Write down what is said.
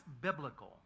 biblical